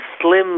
Slim